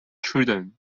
children